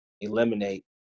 eliminate